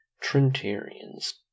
Trinitarians